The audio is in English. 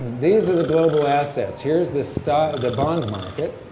these are the global assets here's the sto. the bond market,